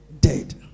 dead